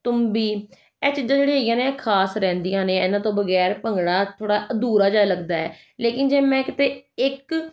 ਤੂੰਬੀ ਇਹ ਚੀਜ਼ਾਂ ਜਿਹੜੀਆਂ ਹੈਗੀਆਂ ਨੇ ਖ਼ਾਸ ਰਹਿੰਦੀਆਂ ਨੇ ਇਹਨਾਂ ਤੋਂ ਬਗੈਰ ਭੰਗੜਾ ਥੋੜ੍ਹਾ ਅਧੂਰਾ ਜਿਹਾ ਲੱਗਦਾ ਹੈ ਲੇਕਿਨ ਜੇ ਮੈਂ ਕਿਤੇ ਇੱਕ